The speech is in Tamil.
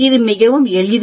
இது மிகவும் எளிது